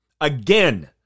Again